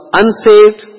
unsaved